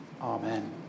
Amen